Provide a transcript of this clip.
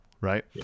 right